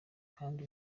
kandi